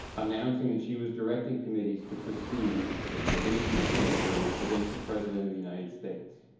announcing that she was directing committees to proceed with an impeachment inquiry against the president of the united states.